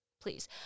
Please